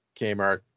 Kmart